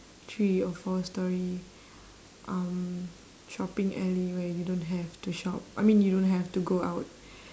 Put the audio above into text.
three or four storey um shopping alley where you don't have to shop I mean you don't have to go out